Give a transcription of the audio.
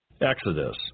Exodus